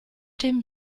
dem